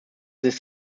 ist